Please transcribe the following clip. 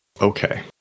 Okay